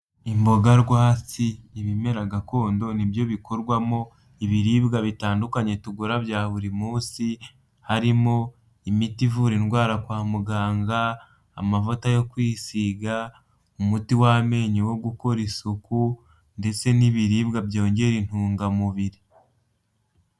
Imboga rwatsi ni ibimera gakondo nibyo bikorwamo ibiribwa bitandukanye tugura bya buri munsi, harimo: imiti ivura indwara kwa muganga, amavuta yo kwisiga, umuti w'amenyo wo gukora isuku, ndetse n'ibiribwa byongera intungamubiri.